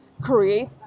create